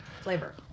flavor